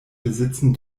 besitzen